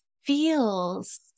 feels